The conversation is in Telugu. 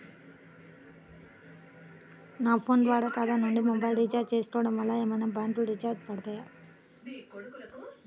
నా ఫోన్ ద్వారా నా ఖాతా నుండి మొబైల్ రీఛార్జ్ చేసుకోవటం వలన ఏమైనా బ్యాంకు చార్జెస్ పడతాయా?